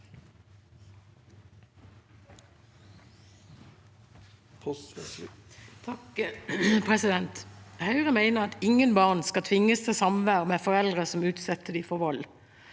(H) Høyre mener at ingen barn skal tvinges til samvær med foreldre som utsetter dem for vold.